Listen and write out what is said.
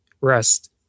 rest